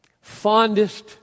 fondest